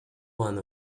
one